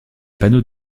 panneaux